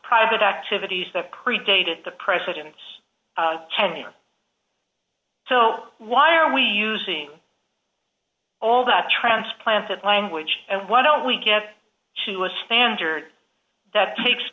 private activities that predated the president's tenure so why are we using all that transplanted language and why don't we get to a standard that takes